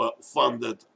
funded